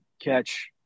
catch